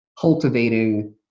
cultivating